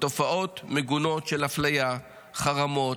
בתופעות מגונות של אפליה, חרמות,